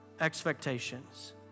expectations